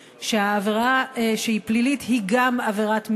שהעבירה שהיא פלילית היא גם עבירת משמעת,